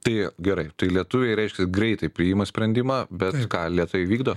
tai gerai tai lietuviai reiškias greitai priima sprendimą bet ką lėtai vykdo